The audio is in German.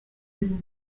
den